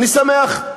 אני שמח,